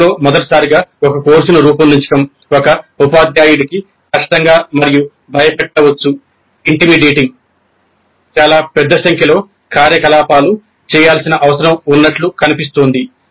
చాలా పెద్ద సంఖ్యలో కార్యకలాపాలు చేయాల్సిన అవసరం ఉన్నట్లు కనిపిస్తోంది